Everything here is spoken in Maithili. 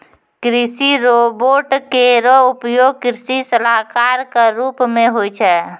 कृषि रोबोट केरो उपयोग कृषि सलाहकार क रूप मे होय छै